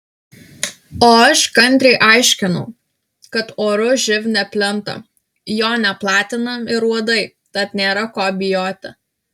o aš kantriai aiškinau kad oru živ neplinta jo neplatina ir uodai tad nėra ko bijoti